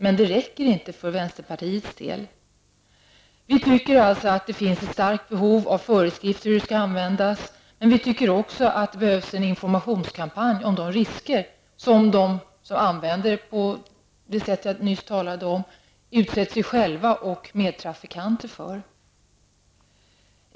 Men detta räcker inte för vänsterpartiets del. Det finns enligt vår uppfattning ett starkt behov av föreskrifter för hur mobiltelefonerna skall användas, men det behövs också en informationskampanj om de risker som de som använder mobiltelefoner på det sätt jag nyss talade om utsätter sig själva och sina medtrafikanter för.